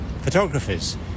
photographers